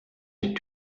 die